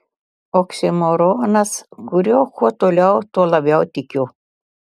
oksimoronas kuriuo kuo toliau tuo labiau tikiu